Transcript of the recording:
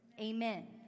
Amen